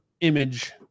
image